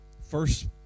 first